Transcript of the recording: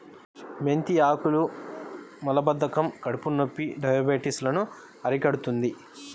మెంతి ఆకులు మలబద్ధకం, కడుపునొప్పి, డయాబెటిస్ లను అరికడుతుంది